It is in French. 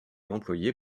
employée